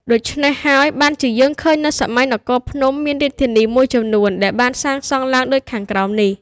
ដូច្នេះហើយ បានជាយើងឃើញនៅសម័យនគរភ្នំ មានរាជធានីមួយចំនួនដែលបានសាងសង់ឡើង ដូចខាងក្រោមនេះ